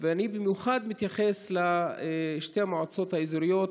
ואני מתייחס במיוחד לשתי המועצות האזוריות,